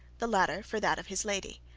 the latter for that of his lady.